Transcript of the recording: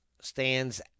stands